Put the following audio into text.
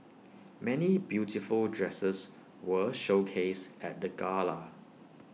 many beautiful dresses were showcased at the gala